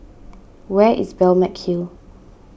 where is Balmeg Hill